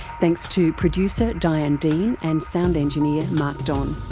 thanks to producer diane dean and sound engineer mark don.